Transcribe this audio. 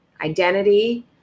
identity